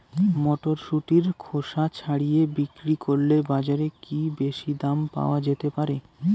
মটরশুটির খোসা ছাড়িয়ে বিক্রি করলে বাজারে কী বেশী দাম পাওয়া যেতে পারে?